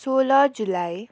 सोह्र जुलाई